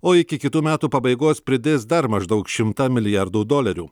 o iki kitų metų pabaigos pridės dar maždaug šimtą milijardų dolerių